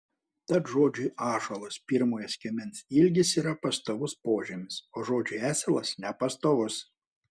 tad žodžiui ąžuolas pirmojo skiemens ilgis yra pastovus požymis o žodžiui asilas nepastovus